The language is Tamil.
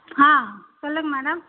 ஆ சொல்லுங்கள் மேடம்